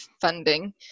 funding